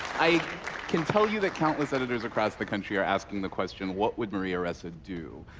i can tell you that countless editors across the country are asking the question, what would maria ressa do?